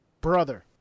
Brother